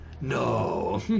No